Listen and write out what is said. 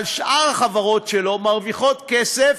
אבל שאר החברות שלו מרוויחות כסף,